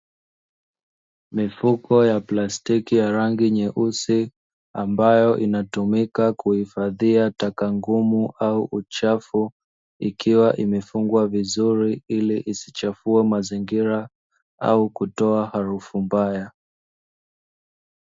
Mifuko ya plastiki ya rangi nyeusi, ambayo inatumika kuhifadhia taka ngumu au uchafu, ikiwa imefungwa vizuri ili isichafue mazingira au kutoa harufu mbaya.